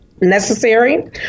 necessary